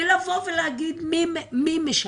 ולא ולהגיד מי משלם.